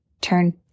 turn